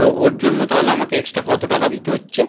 তো ওর জন্য তাহলে আমাকে এক্সটা কত টাকা দিতে হচ্ছে